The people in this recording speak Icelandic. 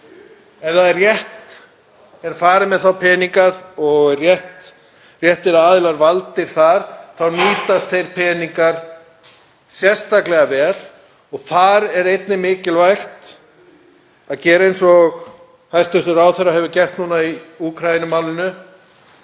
En ef rétt er farið með þá peninga og réttir aðilar valdir þá nýtast þeir peningar sérstaklega vel. Þar er einnig mikilvægt að gera, eins og hæstv. ráðherra hefur gert núna í Úkraínumálinu,